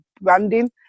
branding